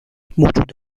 موجود